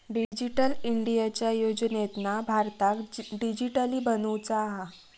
digital इंडियाच्या योजनेतना भारताक डीजिटली बनवुचा हा